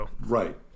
Right